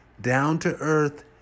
down-to-earth